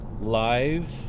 live